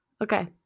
Okay